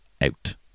out